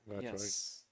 Yes